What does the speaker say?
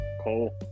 Cole